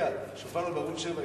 כשהופענו עם ערוץ-7,